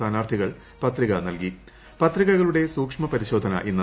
സ്ഥാനാർത്ഥികൾ പത്രിക നൽകി പത്രികകളുടെ സൂക്ഷ്മ പരിശോധന ഇന്ന്